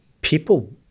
people